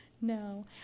No